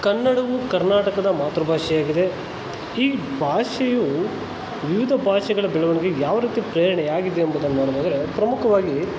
ಕನ್ನಡವು ಕರ್ನಾಟಕದ ಮಾತೃಭಾಷೆಯಾಗಿದೆ ಈ ಭಾಷೆಯು ವಿವಿಧ ಭಾಷೆಗಳ ಬೆಳವಣಿಗೆಗೆ ಯಾವ ರೀತಿ ಪ್ರೇರಣೆಯಾಗಿದೆ ಎಂಬುದನ್ನು ನಾವು ನೋಡಿದ್ರೆ ಪ್ರಮುಖವಾಗಿ